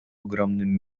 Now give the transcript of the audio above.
ogromnym